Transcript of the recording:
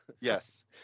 Yes